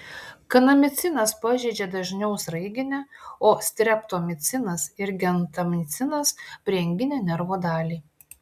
kanamicinas pažeidžia dažniau sraiginę o streptomicinas ir gentamicinas prieanginę nervo dalį